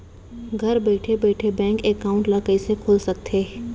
घर बइठे बइठे बैंक एकाउंट ल कइसे खोल सकथे?